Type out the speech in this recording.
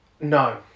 No